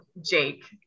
Jake